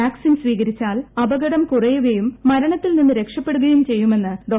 vaccine സ്വീകരിച്ചാൽ അപകടം കുറയുകയും മരണത്തിൽ നിന്ന് രക്ഷപ്പെടുകയും ചെയ്യുമെന്ന് ഡോ